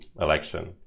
election